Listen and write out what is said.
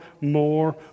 more